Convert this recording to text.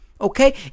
okay